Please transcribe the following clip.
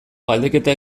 galdeketa